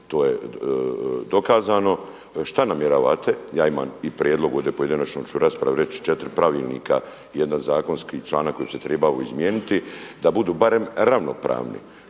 To je dokazano. Šta namjeravate? Ja imam i prijedlog, ovdje u pojedinačnoj ću raspravi reći, 4 pravilnika i jedan zakonski članak koji bi se trebao izmijeniti da budu barem ravnopravni,